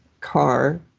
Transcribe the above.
car